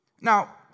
Now